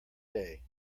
day